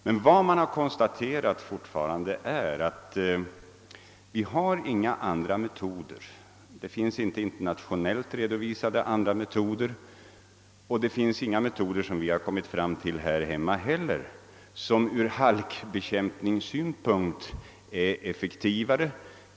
Men vad som konstaterats är att det inte finns några andra metoder — vare sig internationellt redovisade eller upptäckta här i landet — som ur halkbekämpningssynpunkt är effektivare.